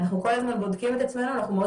אנחנו כל הזמן בודקים את עצמנו ואנחנו מאוד